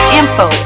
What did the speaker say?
info